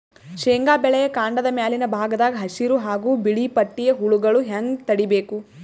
ಶೇಂಗಾ ಬೆಳೆಯ ಕಾಂಡದ ಮ್ಯಾಲಿನ ಭಾಗದಾಗ ಹಸಿರು ಹಾಗೂ ಬಿಳಿಪಟ್ಟಿಯ ಹುಳುಗಳು ಹ್ಯಾಂಗ್ ತಡೀಬೇಕು?